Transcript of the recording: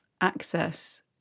access